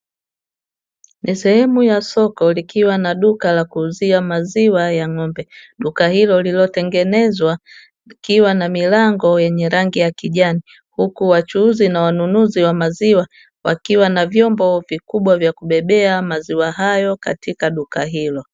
Sehemu ya soko likiwa na duka la kuuzia maziwa ya ng'ombe, duka hilo lililotengenezwa likiwa na milango yenye rangi ya kijani huku wachuuzi na wanunuzi wa maziwa wakiwa na vyombo vikubwa vya kubebea maziwa hayo katika duka hilo.